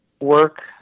work